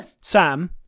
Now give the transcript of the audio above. Sam